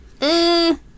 Mmm